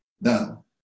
Now